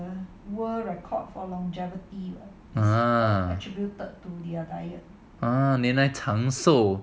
ah 原来长寿